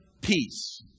peace